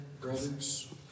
brothers